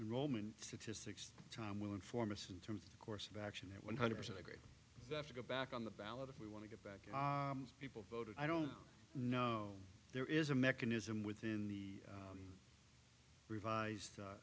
roman cities time will inform us in terms of the course of action that one hundred percent agreed to go back on the ballot if we want to get back people voted i don't know there is a mechanism within the revised